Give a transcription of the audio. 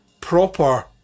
proper